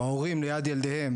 או ההורים ליד ילדיהם